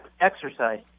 exercise